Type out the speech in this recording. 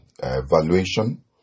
valuation